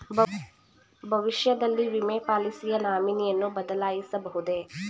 ಭವಿಷ್ಯದಲ್ಲಿ ವಿಮೆ ಪಾಲಿಸಿಯ ನಾಮಿನಿಯನ್ನು ಬದಲಾಯಿಸಬಹುದೇ?